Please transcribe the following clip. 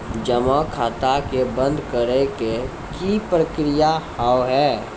जमा खाता के बंद करे के की प्रक्रिया हाव हाय?